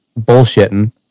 bullshitting